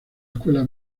escuela